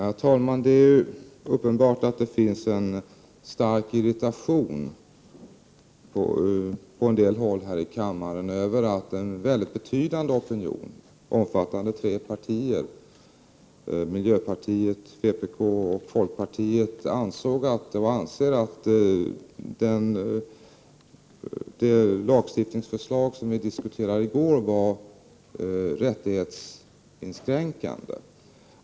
Herr talman! Det är ju uppenbart att det på en del håll här i kammaren finns en stark irritation över att en betydande opinion — som omfattar tre partier: miljöpartiet, vpk och folkpartiet — anser att det lagstiftningsförslag som i går diskuterades var rättighetsinskränkande.